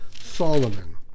Solomon